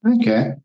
Okay